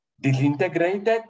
disintegrated